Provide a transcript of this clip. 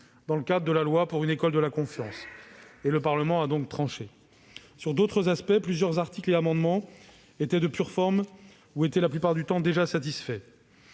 dans le cadre de la loi pour une école de la confiance. Le Parlement a donc déjà tranché. Sur d'autres aspects, plusieurs articles et amendements étaient de pure forme. Ils étaient la plupart du temps déjà satisfaits.